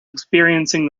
experiencing